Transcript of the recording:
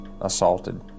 assaulted